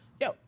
yo